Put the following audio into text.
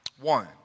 One